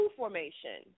formation